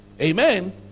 Amen